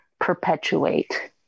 perpetuate